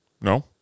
No